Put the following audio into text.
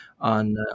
on